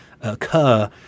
occur